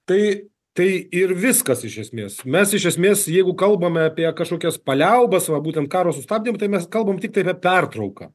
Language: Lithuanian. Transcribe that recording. tai tai ir viskas iš esmės mes iš esmės jeigu kalbam apie kažkokias paliaubas va būtent karo sustabdym tai mes kalbam tiktai apie pertrauką